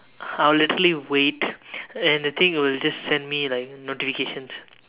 I'll literally wait and the thing will just send me like notifications